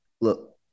Look